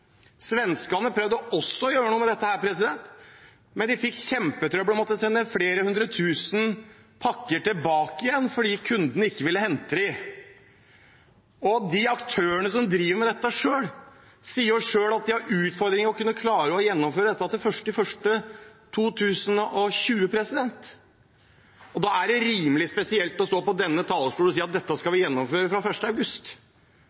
Svenskene prøvde også å gjøre noe med dette, men de fikk kjempetrøbbel og måtte sende flere hundre tusen pakker tilbake igjen fordi kundene ikke ville hente dem. De aktørene som driver med dette, sier selv at de har utfordringer med å kunne klare å gjennomføre dette før 1. januar 2020. Da er det rimelig spesielt å stå på denne talerstolen og si at dette skal vi gjennomføre fra 1. august.